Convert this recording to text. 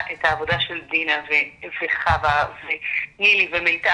את העבודה של דינה וחוה ונילי ומיטל,